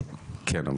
כן.